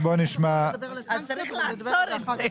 נצטרך לעצור את זה.